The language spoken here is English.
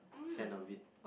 fan of it